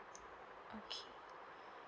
okay